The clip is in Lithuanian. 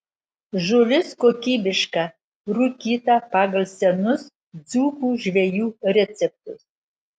žuvis kokybiška rūkyta pagal senus dzūkų žvejų receptus